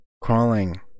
crawling